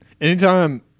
Anytime